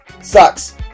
sucks